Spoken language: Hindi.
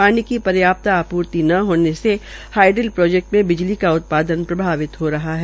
पानी की पर्याप्त आपूर्ति न होने से हाइडल प्रोजेक्ट में बजली का उत्पादन प्रभावित हो रहा है